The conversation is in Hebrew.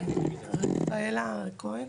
רפאלה כהן,